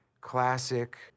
classic